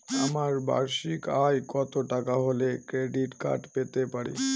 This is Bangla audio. আমার বার্ষিক আয় কত টাকা হলে ক্রেডিট কার্ড পেতে পারি?